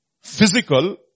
physical